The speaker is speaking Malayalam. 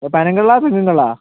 ഓ പനങ്കളളാണോ തെങ്ങിൻ കള്ളാണോ